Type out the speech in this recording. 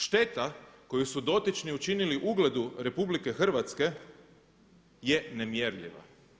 Šteta koju su dotični učinili ugledu RH je nemjerljiva.